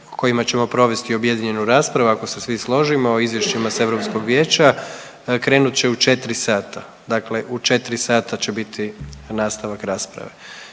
kojima ćemo provesti objedinjenu raspravu ako se svi složimo o Izvješćima s Europskog vijeća krenut će u 4 sata. Dakle, u 4 sata će biti nastavak rasprave.